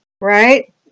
Right